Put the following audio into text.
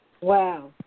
Wow